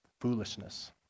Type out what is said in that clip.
Foolishness